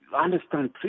understand